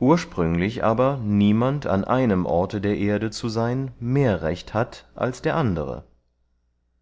ursprünglich aber niemand an einem orte der erde zu seyn mehr recht hat als der andere